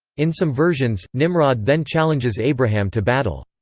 in some versions, nimrod then challenges abraham to battle.